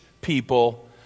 people